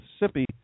Mississippi